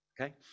Okay